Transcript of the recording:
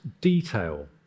detail